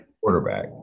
Quarterback